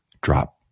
drop